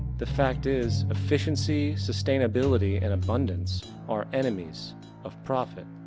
the fact is efficiency, sustainability and abundance are enemies of profit.